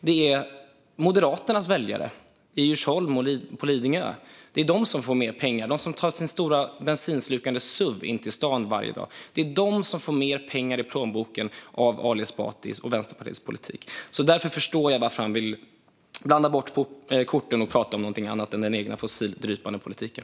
Det är Moderaternas väljare i Djursholm och på Lidingö som får mer pengar, de som tar sin stora, bensinslukande suv in till stan varje dag. Det är de som får mer pengar i plånboken av Ali Esbatis och Vänsterpartiets politik. Jag förstår alltså varför han vill blanda bort korten och prata om något annat än den egna fossildrypande politiken.